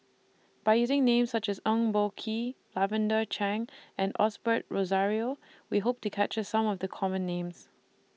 By using Names such as Eng Boh Kee Lavender Chang and Osbert Rozario We Hope to capture Some of The Common Names